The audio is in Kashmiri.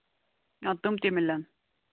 اَدٕ تِم تہِ مِلَن